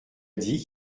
dit